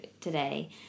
today